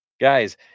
Guys